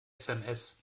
sms